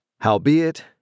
howbeit